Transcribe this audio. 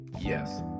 yes